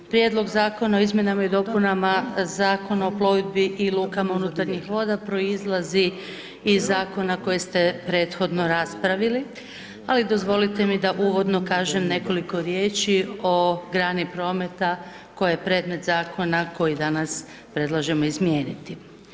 Prijedlog Zakona o izmjenama i dopunama Zakona o plovidbi i lukama unutarnjih voda, proizlazi iz zakona koje ste prethodno raspravili, ali dozvolite mi da uvodno kažem, nekoliko riječi o grani prometa, koji je predmet zakona, koji danas predlažemo izmijeniti.